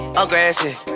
aggressive